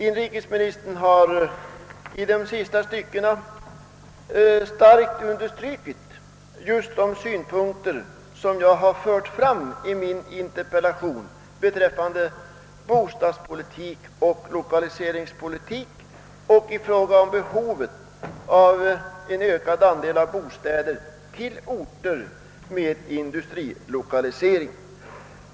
Inrikesministern har i de sista styckena i svaret starkt understrukit just de synpunkter jag i min interpellation har framfört beträffande bostadspolitik och lokaliseringspolitik samt behovet av en ökad tilldelning av bostäder i orter med industrilokalisering.